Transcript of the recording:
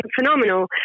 phenomenal